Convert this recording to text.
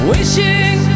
Wishing